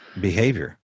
behavior